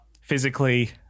physically